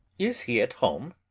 is he at home?